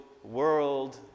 World